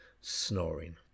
snoring